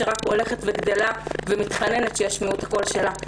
שרק הולכת וגדלה ומתחננת שישמעו את הקול שלה.